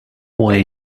way